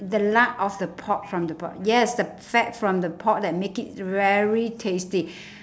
the lard of the pork from the pork yes the fat from the pork that make it very tasty